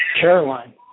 Caroline